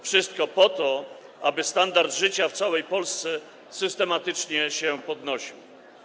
Wszystko po to, aby standard życia w całej Polsce systematycznie się poprawiał.